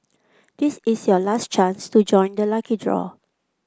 this is your last chance to join the lucky draw